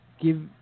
Give